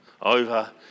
over